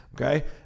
okay